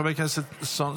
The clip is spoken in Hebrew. חברת הכנסת ביטון,